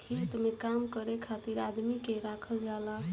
खेत में काम करे खातिर आदमी के राखल जाला